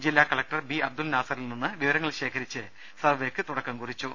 ജില്ലാ collector B Abdul നാസറിൽ നിന്നും വിവരങ്ങൾ ശേഖരിച്ച് സർവേക്ക് തുടക്കം കുറിച്ചു